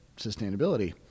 sustainability